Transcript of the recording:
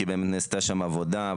כי באמת נעשתה שם עבודה.